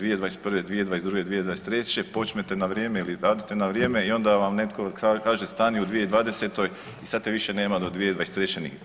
2021., 2022., 2023., počnete na vrijeme ili radite na vrijeme i onda vam netko kaže stani u 2020., i sad te više nema do 2023. nigdje.